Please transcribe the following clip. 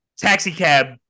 Taxicab